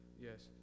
Yes